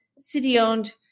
city-owned